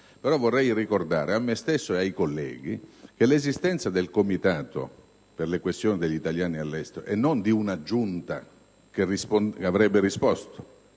vorrei ricordare a me stesso e ai colleghi l'esistenza del Comitato per le questioni degli italiani all'estero e non di una Giunta che avrebbe risposto